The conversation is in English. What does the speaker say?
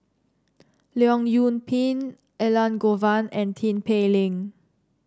Leong Yoon Pin Elangovan and Tin Pei Ling